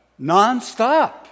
nonstop